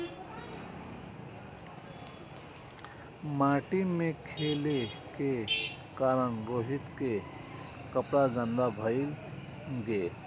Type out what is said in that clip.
माटि मे खेलै के कारण रोहित के कपड़ा गंदा भए गेलै